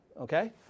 Okay